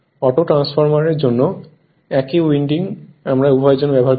অটোট্রান্সফর্মারের জন্য একই উইন্ডিং আমরা উভয়ের জন্য ব্যবহার করছি